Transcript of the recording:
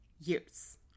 years